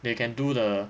they can do the